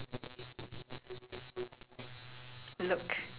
v~ very obedient very polite